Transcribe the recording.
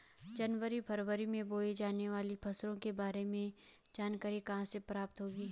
जनवरी फरवरी में बोई जाने वाली फसलों के बारे में सही जानकारी कहाँ से प्राप्त होगी?